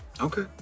Okay